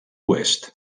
oest